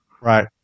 Right